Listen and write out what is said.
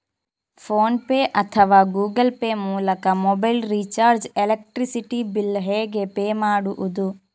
Phone pay ಅಥವಾ Google pay ಮೂಲಕ mobile recharge, electricity bill ಹೇಗೆ ಪೇ ಮಾಡುವುದು?